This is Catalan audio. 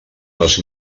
les